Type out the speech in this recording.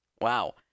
Wow